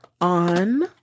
on